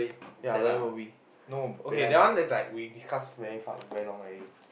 ya where were we no okay that one is like we discuss very far very long already